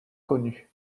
connues